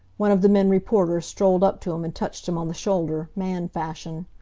one of the men reporters strolled up to him and touched him on the shoulder, man-fashion.